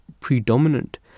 predominant